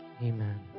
Amen